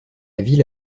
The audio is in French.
ville